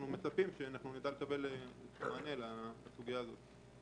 אנחנו מצפים לקבל מענה לסוגיה הזאת.